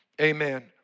Amen